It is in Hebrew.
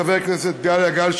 חבר הכנסת גדליה גל,